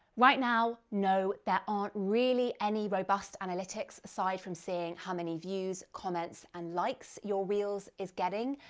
right now, no, there aren't really any robust analytics aside from seeing how many views, comments and likes your reels is getting.